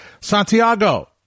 santiago